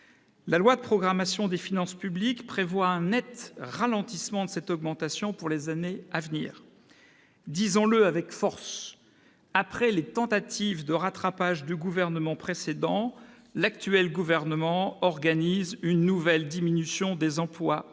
La loi de programmation des finances publiques prévoit un net ralentissement de cette augmentation pour les années à venir. Disons-le avec force : après les tentatives de rattrapage du gouvernement précédent, l'actuel gouvernement organise une nouvelle diminution des emplois